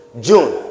June